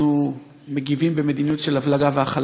אנחנו מגיבים במדיניות של הבלגה והכלה.